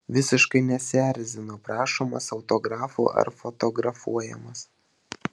visiškai nesierzino prašomas autografų ar fotografuojamas